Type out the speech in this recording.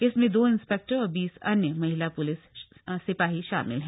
इसमें द इंस्पेक्टर और बीस अन्य महिला प्लिस सिपाही शामिल हैं